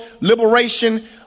liberation